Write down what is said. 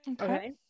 Okay